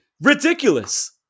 Ridiculous